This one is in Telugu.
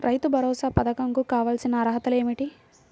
రైతు భరోసా పధకం కు కావాల్సిన అర్హతలు ఏమిటి?